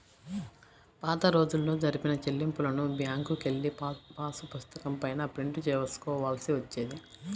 పాతరోజుల్లో జరిపిన చెల్లింపులను బ్యేంకుకెళ్ళి పాసుపుస్తకం పైన ప్రింట్ చేసుకోవాల్సి వచ్చేది